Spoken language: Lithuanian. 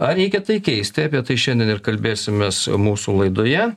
ar reikia tai keisti apie tai šiandien ir kalbėsimės mūsų laidoje